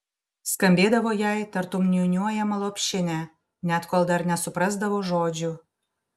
skambėdavo jai tartum niūniuojama lopšinė net kol dar nesuprasdavo žodžių